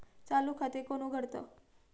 चालू खाते कोण उघडतं?